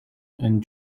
and